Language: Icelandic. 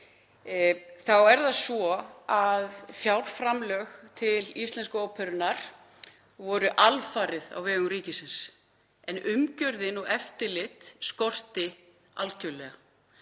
þá er það svo að fjárframlög til Íslensku óperunnar voru alfarið á vegum ríkisins en umgjörð og eftirlit skorti algerlega.